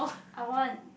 I want